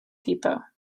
depot